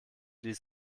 ließ